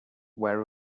where